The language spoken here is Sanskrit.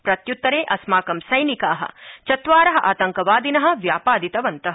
प्रत्युत्तरे अस्माकं सैनिकाः चत्वारः आतंकवादिनः व्यापादितवन्तः